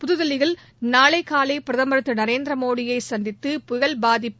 புதுதில்லியில் நாளை காலை பிரதமர் திரு நரேந்திர மோடியை சந்தித்து புயல் பாதிப்பு